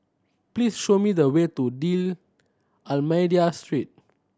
please show me the way to D'Almeida Street